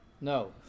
no